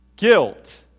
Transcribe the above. Guilt